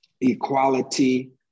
equality